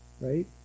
right